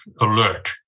alert